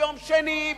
ויום שני,